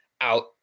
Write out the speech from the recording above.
out